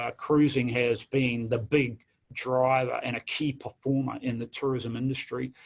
ah cruising has being the big driver and a key performer in the tourism industry.